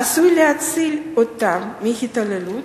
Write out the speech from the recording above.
עשוי להציל אותם מהתעללות